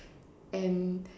and